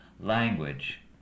language